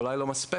אולי לא מספקת,